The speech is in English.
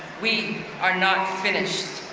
we are not finished.